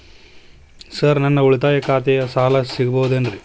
Sir ನನ್ನ ಉಳಿತಾಯ ಖಾತೆಯ ಸಾಲ ಸಿಗಬಹುದೇನ್ರಿ?